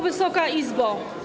Wysoka Izbo!